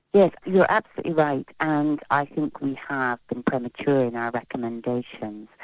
yes, you're absolutely right and i think we have been premature in our recommendation.